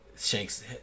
shanks